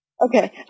Okay